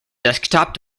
desktop